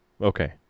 Okay